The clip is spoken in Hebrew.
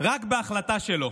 רק בהחלטה שלו.